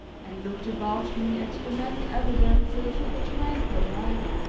and looked about me at the many evidences of a tranquil life